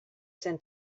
sent